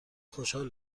خوشحال